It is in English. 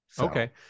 okay